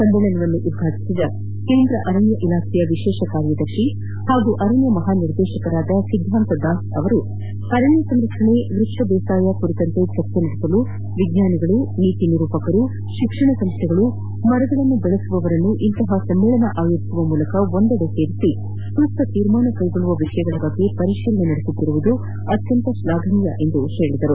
ಸಮ್ಮೇಳನ ಉದ್ಘಾಟಿಸಿದ ಕೇಂದ್ರ ಅರಣ್ಯ ಇಲಾಖೆಯ ವಿಶೇಷ ಕಾರ್ಯದರ್ಶಿ ಹಾಗೂ ಅರಣ್ಯ ಮಹಾ ನಿರ್ದೇಶಕ ಸಿದ್ಧಾಂತ ದಾಸ್ ಅರಣ್ಯ ಸಂರಕ್ಷಣೆ ವ್ಯಕ್ಷ ಬೇಸಾಯ ಕುರಿತಂತೆ ಚರ್ಚೆ ನಡೆಸಲು ವಿಜ್ಞಾನಿಗಳು ನೀತಿ ನಿರೂಪಕರು ಶಿಕ್ಷಣ ಸಂಸೈಗಳು ಮರಗಳನ್ನು ಬೆಳಸುವವರನ್ನು ಇಂತಹ ಸಮ್ಮೇಳನ ಆಯೋಜಿಸುವ ಮೂಲಕ ಒಂದೆಡೆ ಸೇರಿಸಿ ಸೂಕ್ತ ತೀರ್ಮಾನ ಕೈಗೊಳ್ಳುವ ವಿಷಯಗಳ ಬಗ್ಗೆ ತೀರ್ಮಾನ ಕೈಗೊಳ್ಳುತ್ತಿರುವುದು ಅತ್ವಂತ ಶ್ಲಾಘನೀಯ ಎಂದು ಹೇಳಿದರು